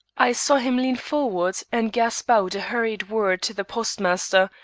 i saw him lean forward and gasp out a hurried word to the postmaster,